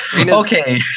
Okay